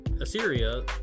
Assyria